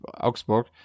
Augsburg